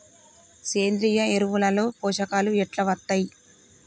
సేంద్రీయ ఎరువుల లో పోషకాలు ఎట్లా వత్తయ్?